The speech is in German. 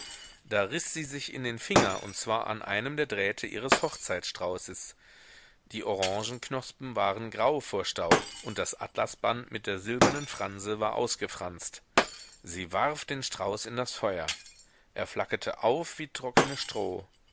riß sie sich in den finger und zwar an einem der drähte ihres hochzeitsstraußes die orangenknospen waren grau vor staub und das atlasband mit der silbernen franse war ausgefranst sie warf den strauß in das feuer er flackerte auf wie trocknes stroh